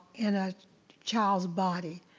in a child's body.